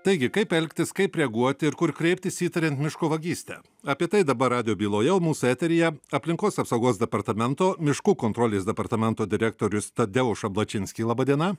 taigi kaip elgtis kaip reaguoti ir kur kreiptis įtariant miško vagystę apie tai dabar radijo byloje o mūsų eteryje aplinkos apsaugos departamento miškų kontrolės departamento direktorius tadeuš ablačinskyj laba diena